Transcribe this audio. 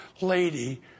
lady